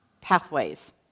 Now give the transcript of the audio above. pathways